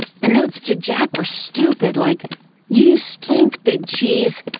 the notes to jack were stupid, like you stink, big cheese!